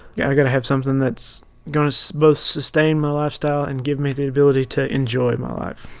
yeah i've got to have something that's going to so both sustain my lifestyle and give me the ability to enjoy my life.